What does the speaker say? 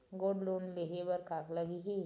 Gold loan लेहे बर का लगही?